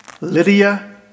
Lydia